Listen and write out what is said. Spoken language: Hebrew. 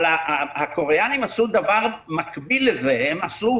אבל הקוריאנים עשו דבר מקביל לזה הם עשו